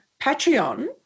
patreon